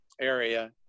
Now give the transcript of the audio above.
area